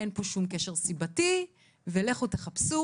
אין פה שום קשר סיבתי ולכו תחפשו,